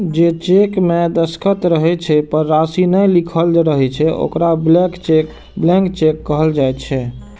जे चेक मे दस्तखत रहै छै, पर राशि नै लिखल रहै छै, ओकरा ब्लैंक चेक कहल जाइ छै